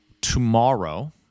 tomorrow